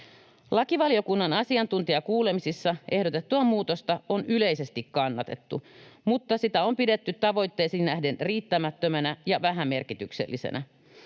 Lakivaliokunnan asiantuntijakuulemisissa ehdotettua muutosta on yleisesti kannatettu, mutta sitä on pidetty tavoitteisiin nähden riittämättömänä ja vähämerkityksellisenä.